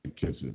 Kisses